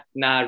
na